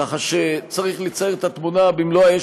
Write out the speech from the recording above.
ככה שצריך לצייר את התמונה במלואה.